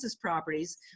properties